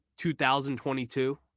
2022